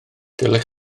ddylech